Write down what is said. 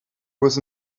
was